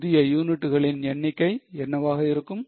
புதிய யூனிட்டுகளின் எண்ணிக்கை என்னவாக இருக்கும்